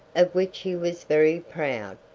of which he was very proud,